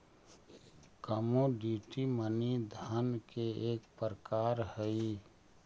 commodity money धन के एक प्रकार हई